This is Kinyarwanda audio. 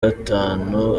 gatanu